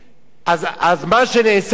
מה שנעשה בפועל,